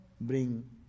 bring